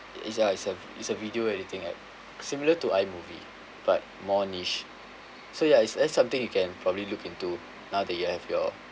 is ya is a is a video editing app similar to I movie but more niche so ya it's that's something you can probably look into now that you have your